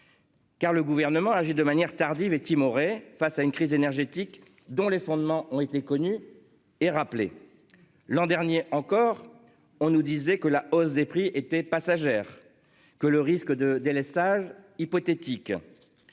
Car le gouvernement a agi de manière tardive et timorée face à une crise énergétique dont les fondements ont été connus et rappelé. L'an dernier encore on nous disait que la hausse des prix était passagère que le risque de délestage hypothétique.